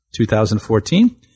2014